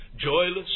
joyless